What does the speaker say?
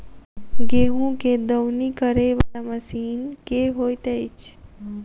गेंहूँ केँ दौनी करै वला मशीन केँ होइत अछि?